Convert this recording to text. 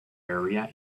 area